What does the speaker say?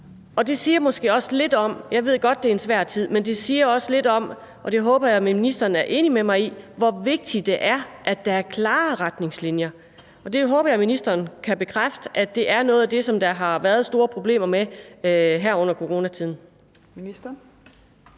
men det siger måske også lidt om – og det håber jeg ministeren er enig med mig i – hvor vigtigt det er, at der er klare retningslinjer. Det håber jeg ministeren kan bekræfte er noget af det, som der har været store problemer med her under coronakrisen.